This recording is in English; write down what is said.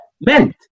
meant